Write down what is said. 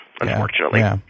unfortunately